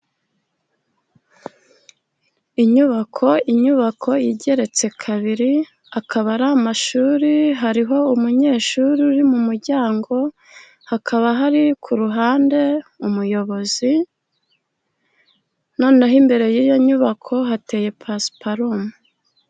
Inyubako, inyubako igeretse kabiri akaba ari amashuri. Hariho umunyeshuri uri mu muryango, hakaba hari ku ruhande umuyobozi, noneho imbere y'iyo nyubako hateye pasiparumu.